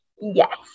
yes